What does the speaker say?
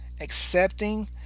accepting